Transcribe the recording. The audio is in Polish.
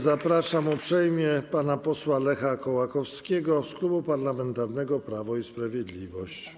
Zapraszam uprzejmie pana posła Lecha Kołakowskiego z Klubu Parlamentarnego Prawo i Sprawiedliwość.